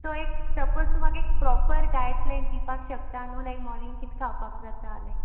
so एक suppose तूं म्हाका एक प्रॉपर डायट प्लॅन दिवपाक शकता न्हू लायक मॉर्नींग कित खावपाक जाता लायक